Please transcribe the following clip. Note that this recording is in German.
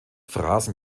phrasen